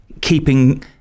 keeping